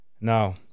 Now